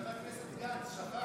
בבקשה, אדוני,